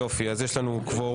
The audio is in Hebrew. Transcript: יופי, אז יש לנו קוורום.